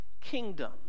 kingdom